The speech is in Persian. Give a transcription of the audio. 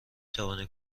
توانی